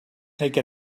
take